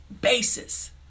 basis